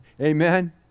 Amen